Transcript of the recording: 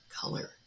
color